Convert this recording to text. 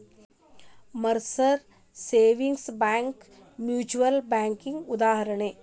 Mercer savings bank mutual ಬ್ಯಾಂಕಿಗಿ ಉದಾಹರಣಿ